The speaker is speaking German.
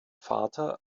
vater